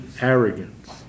Arrogance